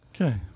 Okay